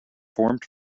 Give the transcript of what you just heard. formed